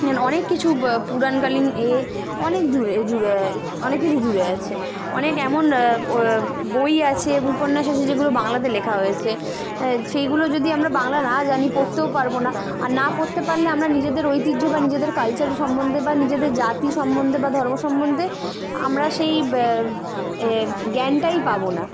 অনেক কিছু পুরাণকালীন এ অনেক জুড়ে জুড়ে অনেক কিছু জুড়ে আছে অনেক এমন বই আছে উপন্যাস আছে যেগুলো বাংলাতে লেখা হয়েছে সেইগুলো যদি আমরা বাংলা না জানি পোড়তেও পারবো না আর না পড়তে পারলে আমরা নিজেদের ঐতিহ্য বা নিজেদের কালচারের সম্বন্ধে বা নিজেদের জাতি সম্বন্ধে বা ধর্ম সম্বন্ধে আমরা সেই জ্ঞানটাই পাবো না